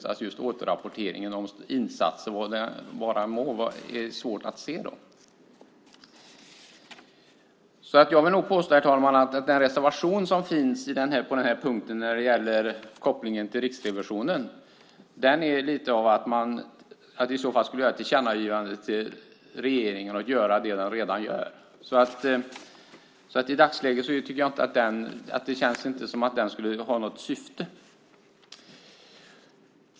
Det gäller alltså återrapporteringen av insatser, vilka de än må vara, och att det är svårt att se dem. Jag vill påstå, herr talman, att den reservation som finns i denna punkt vad gäller kopplingen till Riksrevisionen, att vi skulle göra ett tillkännagivande till regeringen att göra det som den redan gör, knappast fyller något syfte i dagsläget.